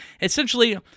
essentially